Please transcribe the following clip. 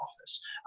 office